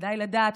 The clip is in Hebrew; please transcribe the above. כדאי לדעת,